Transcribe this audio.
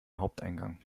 haupteingang